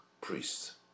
Priests